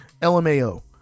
LMAO